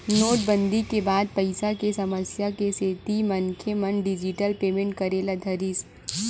नोटबंदी के बाद पइसा के समस्या के सेती मनखे मन डिजिटल पेमेंट करे ल धरिस